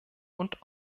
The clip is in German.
und